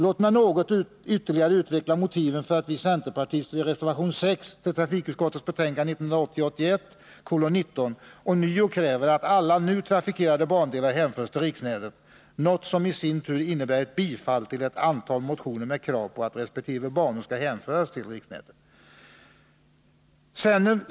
Låt mig ytterligare utveckla motiven för att vi centerpartister i reservation 6 till trafikutskottets betänkande 1980/81:19 ånyo kräver att alla nu trafikerade bandelar hänförs till riksnätet, något som i sin tur innebär ett bifall till ett antal motioner med krav på att resp. banor skall hänföras till riksnätet.